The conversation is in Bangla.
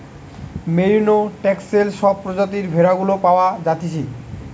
মেরিনো, টেক্সেল সব প্রজাতির ভেড়া গুলা পাওয়া যাইতেছে